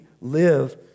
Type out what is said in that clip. live